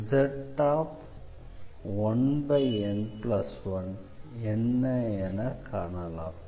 Z1n1 என்ன என காணலாம்